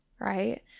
Right